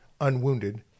unwounded